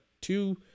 two